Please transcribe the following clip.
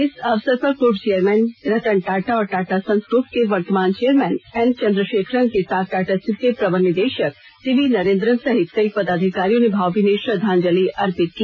इस अवसर पर पूर्व चेयरमैन रतन टाटा और टाटा संस ग्रूप के वर्तमान चेयरमैन एन चंद्रशेखरन के साथ टाटा स्टील के प्रबंध निदेशक टीवी नरेंद्रन सहित कई पदाधिकारियों ने भावभीनी श्रद्धांजलि अर्पित की